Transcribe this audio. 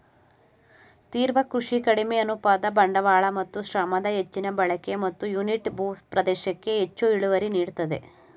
ತೀವ್ರ ಕೃಷಿ ಕಡಿಮೆ ಅನುಪಾತ ಬಂಡವಾಳ ಮತ್ತು ಶ್ರಮದ ಹೆಚ್ಚಿನ ಬಳಕೆ ಮತ್ತು ಯೂನಿಟ್ ಭೂ ಪ್ರದೇಶಕ್ಕೆ ಹೆಚ್ಚು ಇಳುವರಿ ನೀಡ್ತದೆ